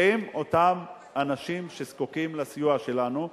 עם אותם אנשים שזקוקים לסיוע שלנו,